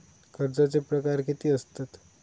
कर्जाचे प्रकार कीती असतत?